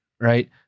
Right